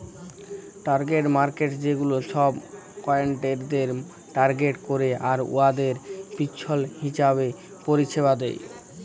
target markets ছেগুলা ছব ক্লায়েন্টদের টার্গেট ক্যরে আর উয়াদের পছল্দ হিঁছাবে পরিছেবা দেয়